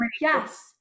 yes